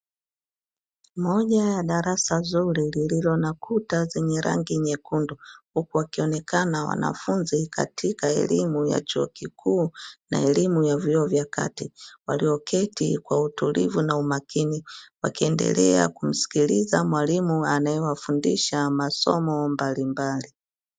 Moja ya darasa zuri lililo na kuta zenye rangi nyekundu, huku wakionekana wanafunzi katika elimu ya chuo kikuu na elimu ya vyuo vya kati, walio keti kwa utulivu na umakini, wakiendelea kumsikiliza mwalimu, anaye wafundisha masomo mbalimbali.